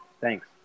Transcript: Thanks